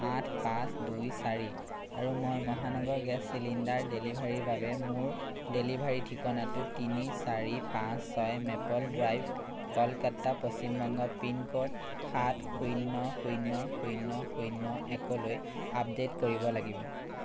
আঠ পাঁচ দুই চাৰি আৰু মই মহানগৰ গেছ চিলিণ্ডাৰ ডেলিভাৰীৰ বাবে মোৰ ডেলিভাৰী ঠিকনাটো তিনি চাৰি পাঁচ ছয় Maple Drive Kolkata Paschim Banga pin code সাত শূন্য শূন্য শূন্য শূন্য একলৈ আপডে'ট কৰিব লাগিব